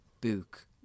Book